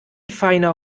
feiner